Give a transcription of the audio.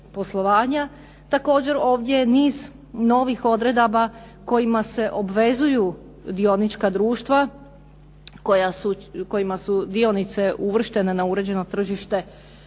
Također ovdje je niz novih odredaba kojima se obvezuju dionička društva kojima su dionice uvrštene na uređeno tržište,